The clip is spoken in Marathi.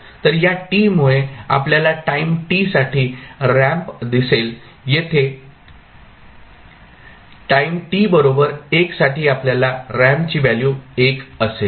तर या t मुळे आपल्याला टाईम t साठी रॅम्प दिसेल येथे टाईम t बरोबर 1 साठी आपल्याला रॅम्पची व्हॅल्यू 1 असेल